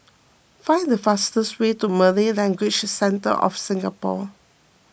find the fastest way to Malay Language Centre of Singapore